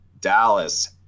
Dallas